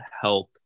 help